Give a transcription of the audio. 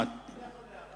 אפשר הערה?